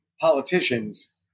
politicians